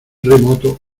remoto